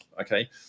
okay